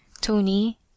tony